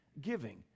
giving